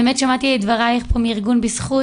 שמעתי את דברייך מארגון בזכות,